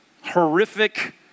horrific